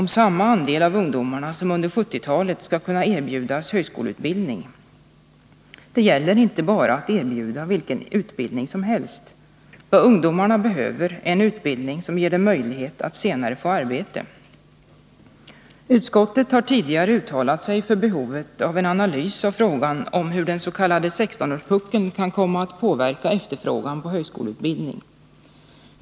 om lika stor andel av ungdomarna som under 1970-talet skall erbjudas högskoleutbildning. Det gäller inte bara att erbjuda vilken utbildning som helst. Vad ungdomarna behöver är en utbildning som ger dem möjlighet att senare få arbete. Utskottet har tidigare uttalat sig för behovet av en analys av frågan om hur den s.k. sextonårspuckeln kan komma att påverka efterfrågan på högskoleutbildning.